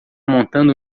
montando